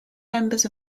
members